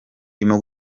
ndimo